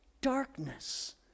darkness